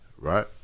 right